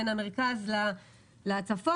בין המרכז לצפון.